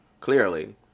Clearly